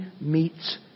meets